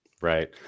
right